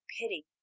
pity